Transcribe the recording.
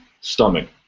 stomach